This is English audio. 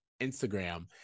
Instagram